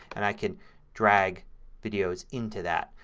and i could drag videos into that.